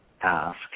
ask